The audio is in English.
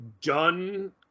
done